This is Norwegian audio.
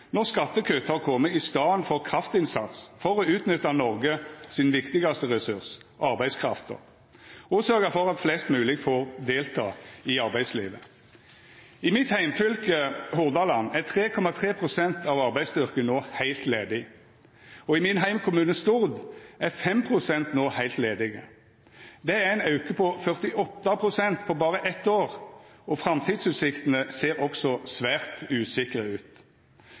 når skattekutt har kome i staden for kraftinnsats for å utnytta den viktigaste ressursen i Noreg, arbeidskrafta, og sørgja for at flest mogleg får delta i arbeidslivet. I mitt heimfylke, Hordaland, er 3,3 pst. av arbeidsstyrken no heilt ledige. Og i min heimkommune, Stord, er 5 pst. no heilt ledige. Det er ein auke på 48 pst. på berre eitt år, og framtidsutsiktene ser også svært usikre ut.